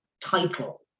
title